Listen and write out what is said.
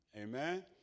Amen